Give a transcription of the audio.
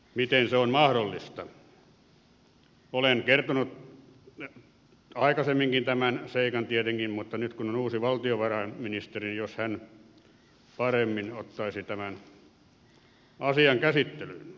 olen kertonut aikaisemminkin tämän seikan tietenkin mutta nyt kun on uusi valtiovarainministeri niin jospa hän paremmin ottaisi tämän asian käsittelyyn